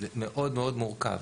זה מאוד מאוד מורכב.